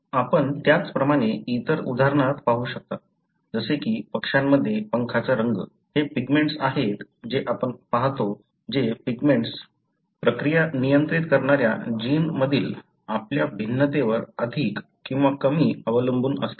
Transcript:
आपण त्याचप्रमाणे इतर उदाहरणात पाहू शकता जसे कि पक्ष्यांमध्ये पंखांचा रंग हे पिगमेंट्स आहेत जे आपण पाहता जे पिगमेंट्स प्रक्रिया नियंत्रित करणाऱ्या जीनमधील आपल्या भिन्नतेवर अधिक किंवा कमी अवलंबून असते